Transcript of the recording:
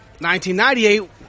1998